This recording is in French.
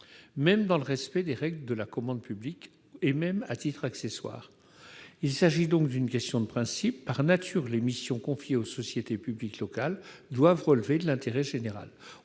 même dans le respect des règles de la commande publique et même à titre accessoire. Par nature, donc, les missions confiées aux sociétés publiques locales doivent relever de l'intérêt général